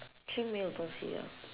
actually 没有东西了